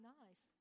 nice